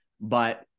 but-